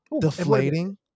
deflating